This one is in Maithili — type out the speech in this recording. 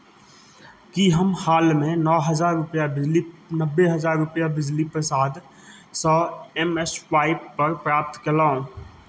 की हम हालमे नओ हजार रुपैआ बिजली नब्बे हजार रुपैआ बिजली प्रसादसँ एमस्वाइपपर प्राप्त कयलहुँ